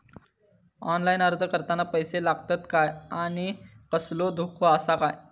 Online अर्ज करताना पैशे लागतत काय आनी कसलो धोको आसा काय?